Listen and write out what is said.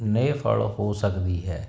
ਨੇਹ ਫੜ ਹੋ ਸਕਦੀ ਹੈ